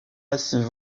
massifs